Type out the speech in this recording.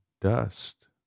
Dust